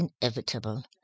inevitable